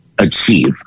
Achieve